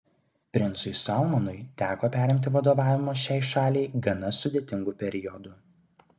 princui salmanui teko perimti vadovavimą šiai šaliai gana sudėtingu periodu